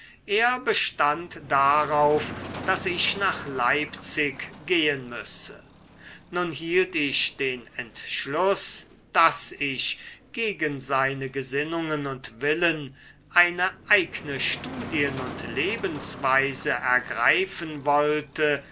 er bestand darauf daß ich nach leipzig gehen müsse nun hielt ich den entschluß daß ich gegen seine gesinnungen und willen eine eigne studien und lebensweise ergreifen wollte